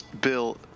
Bill